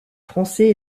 français